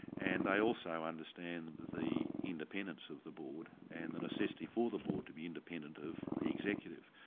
and they also understand the independence of the board and the necessity for the board to be independent of the executive.